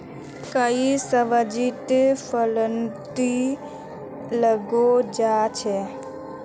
कई सब्जित फफूंदी लगे जा छे